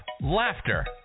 laughter